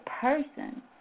person